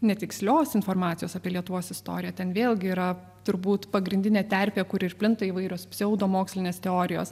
netikslios informacijos apie lietuvos istoriją ten vėlgi yra turbūt pagrindinė terpė kur ir plinta įvairios pseudomokslinės teorijos